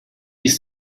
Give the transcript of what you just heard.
ist